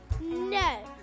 No